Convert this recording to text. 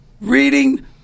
Reading